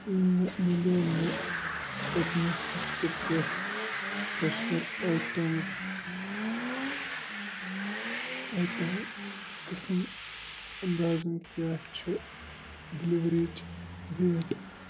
مےٚ مِلیو نہٕ پٔتۍمہِ ہفتہٕ پٮ۪ٹھ فرٛٮ۪شنَر آیٹَمٕز آیٹَمٕز قٕسٕم انٛدازَن کیٛاہ چھُ ڈِلؤری یِچ ڈیٹ